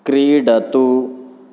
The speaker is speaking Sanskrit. क्रीडतु